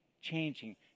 changing